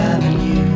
Avenue